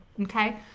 okay